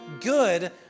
good